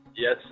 Yes